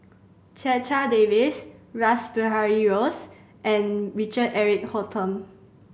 Checha Davies Rash Behari Bose and Richard Eric Holttum